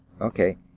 Okay